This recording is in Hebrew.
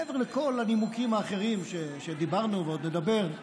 מעבר לכל הנימוקים האחרים שאמרנו ועוד נאמר,